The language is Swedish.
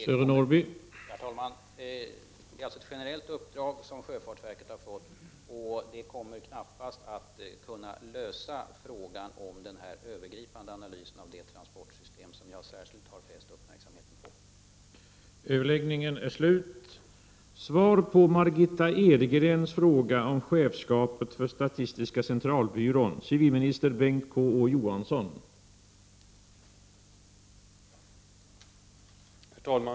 Herr talman! Det är alltså ett generellt uppdrag som sjöfartsverket har fått. Men det kommer knappast att bidra till en lösning av frågan om en över gripande analys av det transportsystem som jag särskilt har velat fästa uppmärksamheten på.